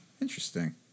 Interesting